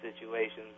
situations